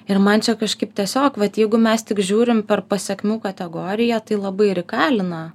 ir man čia kažkaip tiesiog vat jeigu mes tik žiūrim per pasekmių kategoriją tai labai ir įkalina